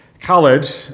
college